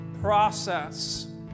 process